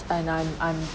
and I'm I'm